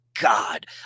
God